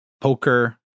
Poker